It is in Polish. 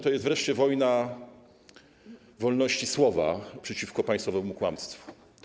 To jest wreszcie wojna wolności słowa przeciwko państwowemu kłamstwu.